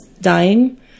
dying